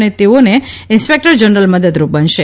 અને તેઓને inspector general મદદરૂપ બનશે